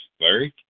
Larry